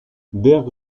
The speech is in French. berg